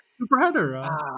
Superheader